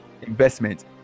Investment